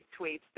tweets